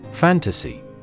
Fantasy